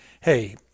hey